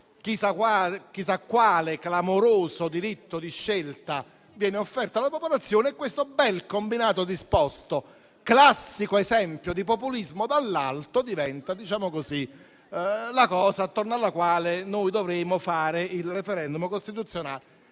chissà quale clamoroso diritto di scelta viene offerto alla popolazione e questo bel combinato disposto, classico esempio di populismo dall'alto, diventa la cosa attorno alla quale noi dovremmo fare il *referendum* costituzionale.